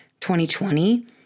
2020